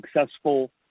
successful